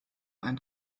ein